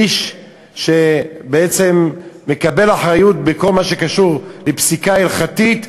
איש שבעצם מקבל אחריות בכל מה שקשור לפסיקה הלכתית,